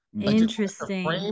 interesting